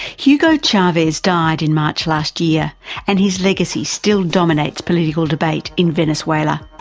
hugo chavez died in march last year and his legacy still dominates political debate in venezuela.